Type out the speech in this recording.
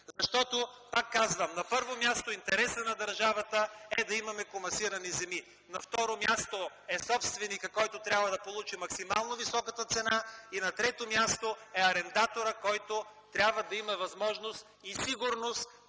Защото, пак казвам, на първо място интереса на държавата е да имаме комасирани земи. На второ място е собственикът, който трябва да получи максимално високата цена, и на трето място е арендаторът, който трябва да има възможност и сигурност